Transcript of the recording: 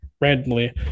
randomly